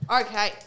okay